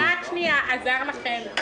עזר לכם.